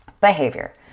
Behavior